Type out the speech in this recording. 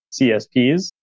CSPs